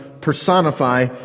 personify